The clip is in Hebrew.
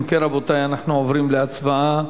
אם כן, רבותי, אנחנו עוברים להצבעה.